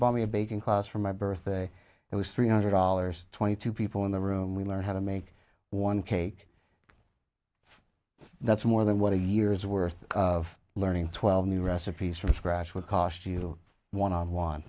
bought me a baking class for my birthday it was three hundred dollars twenty two people in the room we learned how to make one cake that's more than what a year's worth of learning twelve new recipes from scratch will cost you one on